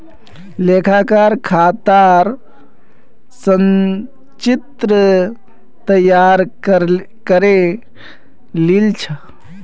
लेखाकार खातर संचित्र तैयार करे लील छ